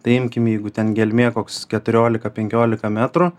tai imkim jeigu ten gelmė koks keturiolika penkiolika metrų